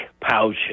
pouch